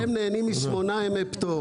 הם נהנים משמונה ימי פטור.